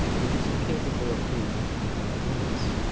which is incapable of being without limits.